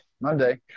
Monday